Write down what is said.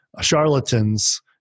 charlatans